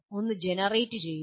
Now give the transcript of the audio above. ഒന്ന് ജനറേറ്റുചെയ്യുന്നു